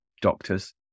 doctors